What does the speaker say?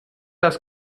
das